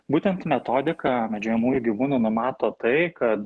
būtent metodika medžiojamųjų gyvūnų numato tai kad